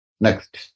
Next